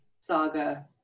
saga